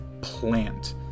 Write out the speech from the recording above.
plant